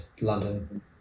London